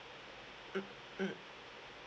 mm mm